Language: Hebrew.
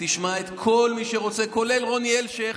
ותשמע את כל מי שרוצה, כולל רוני אלשיך,